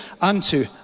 unto